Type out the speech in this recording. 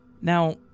Now